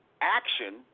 action